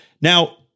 Now